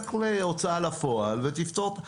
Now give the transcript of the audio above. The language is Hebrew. לך להוצאה לפועל ותפתור את זה.